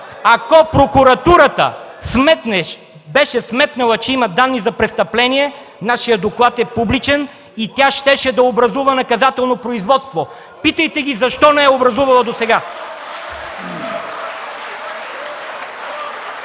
Ако прокуратурата беше сметнала, че има данни за престъпление, нашият доклад е публичен и тя щеше да образува наказателно производство. Питайте ги: защо не е образувала досега?